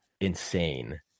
insane